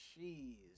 jeez